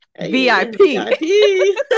VIP